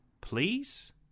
please